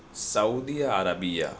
Saudi Arabia